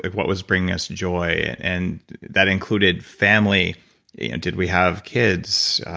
like what was bringing us joy and that included family and did we have kids,